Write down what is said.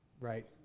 right